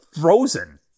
frozen